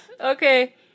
Okay